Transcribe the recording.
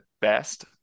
best